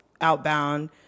outbound